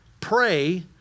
Pray